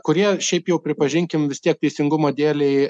kurie šiaip jau pripažinkim vis tiek teisingumo dėlei